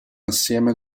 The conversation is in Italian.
insieme